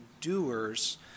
doers